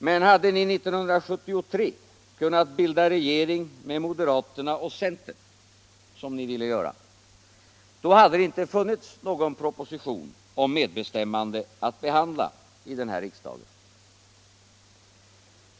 Men hade ni 1973 kunnat bilda regering med moderaterna och centern, som ni ville göra, så hade det inte funnits någon proposition om medbestämmande att behandla i riksdagen i dag.